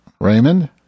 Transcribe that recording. Raymond